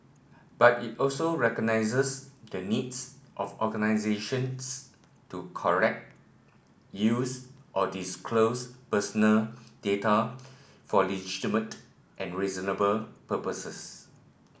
but it also recognises the needs of organisations to collect use or disclose personal data for legitimated and reasonable purposes